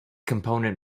component